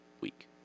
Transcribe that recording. week